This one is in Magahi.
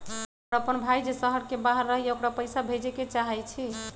हमर अपन भाई जे शहर के बाहर रहई अ ओकरा पइसा भेजे के चाहई छी